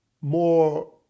more